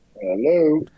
Hello